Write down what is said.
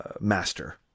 master